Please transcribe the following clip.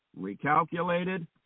recalculated